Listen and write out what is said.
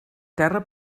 terra